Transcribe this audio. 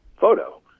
photo